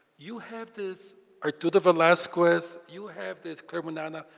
you have this arturo velasquez, you have this clare munana.